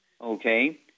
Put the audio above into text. Okay